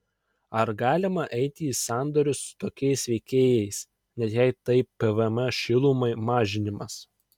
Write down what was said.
ar galima eiti į sandorius su tokiais veikėjais net jei tai pvm šilumai mažinimas